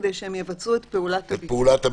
כדי שהם יבצעו את פעולת הביקורת.